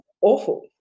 awful